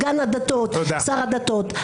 סגן שר הדתות,